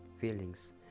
feelings